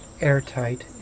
airtight